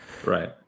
right